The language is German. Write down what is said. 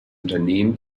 unternehmen